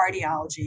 cardiology